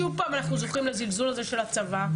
שוב פעם אנחנו זוכים לזלזול הזה של הצבא,